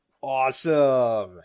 Awesome